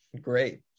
great